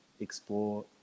explore